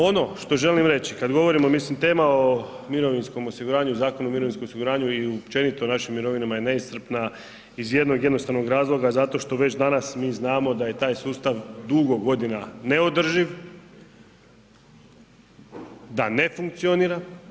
Ono što želim reći kada govorimo, mislim tema o mirovinskom osiguranju i Zakon o mirovinskom osiguranju i općenito o našim mirovinama je neiscrpna iz jednog jednostavnog razloga zato što već danas mi znamo da je taj sustav dugo godina neodrživ, da ne funkcionira.